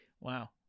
Wow